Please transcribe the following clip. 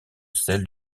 celles